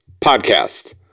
podcast